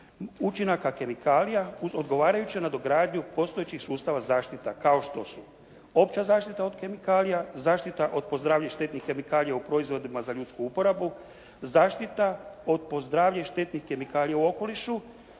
učinaka kemikalija uz odgovarajuću nadogradnju postojećih sustava zaštita kao što su: opća zaštita od kemikalija, zaštita od po zdravlje štetnih kemikalija u proizvodima za ljudsku uporabu, zaštita od po zdravlje štetnih kemikalija u okolišu,